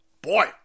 Boy